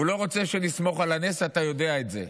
הוא לא רוצה שנסמוך על הנס, אתה יודע את זה.